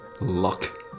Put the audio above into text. luck